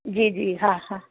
जी जी हा हा